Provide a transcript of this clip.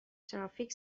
ترافیک